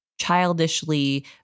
childishly